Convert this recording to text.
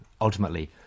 ultimately